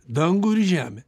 dangų ir žemę